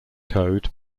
code